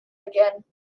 again